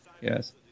Yes